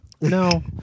No